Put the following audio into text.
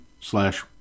slash